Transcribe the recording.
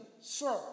Sir